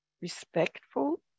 respectful